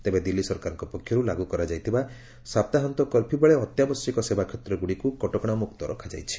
ତେବେ ଦିଲ୍ଲୀ ସରକାରଙ୍କ ପକ୍ଷରୁ ଲାଗୁ କରାଯାଇଥିବା ସପ୍ତାହନ୍ତ କର୍ଫ୍ୟୁ ବେଳେ ଅତ୍ୟାବଶ୍ୟକୀୟ ସେବା କ୍ଷେତ୍ର ଗୁଡ଼ିକୁ କଟକଣା ମୁକ୍ତ ରଖାଯାଇଛି